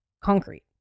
concrete